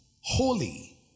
holy